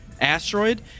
asteroid